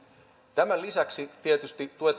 tämän lisäksi tuet täytyy tietysti